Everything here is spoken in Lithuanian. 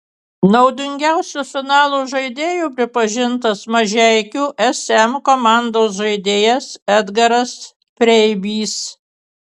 naudingiausiu finalo žaidėju pripažintas mažeikių sm komandos žaidėjas edgaras preibys